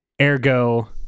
ergo